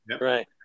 Right